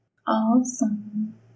awesome